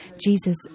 Jesus